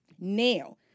now